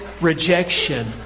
rejection